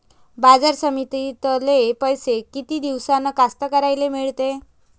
बाजार समितीतले पैशे किती दिवसानं कास्तकाराइले मिळते?